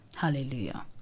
hallelujah